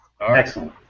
Excellent